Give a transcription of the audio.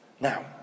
Now